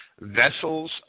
vessels